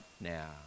now